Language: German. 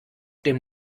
dem